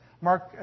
Mark